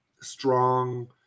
strong